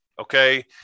okay